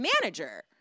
manager